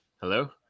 Hello